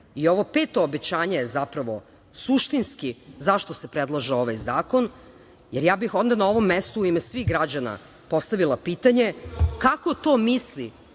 I ovo peto obećanje je zapravo suštinski zašto se predlaže ovaj zakon. Ja bih na ovom mestu u ime svih građana postavila pitanje. Kako to misli,